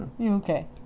Okay